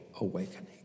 awakening